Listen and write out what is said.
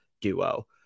duo